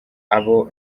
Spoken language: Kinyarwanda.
abo